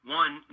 one